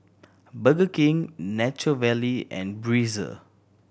Burger King Nature Valley and Breezer